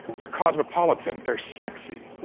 they're cosmopolitan, they're sexy.